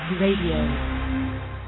Radio